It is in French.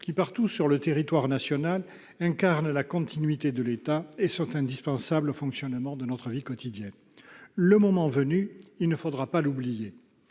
qui, partout sur le territoire national, incarnent la continuité de l'État et sont indispensables au fonctionnement de notre vie quotidienne. Le moment venu, il ne faudra pas l'oublier.